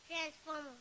Transformers